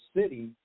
city